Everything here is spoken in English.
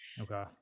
Okay